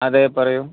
അതെ പറയൂ